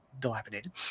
dilapidated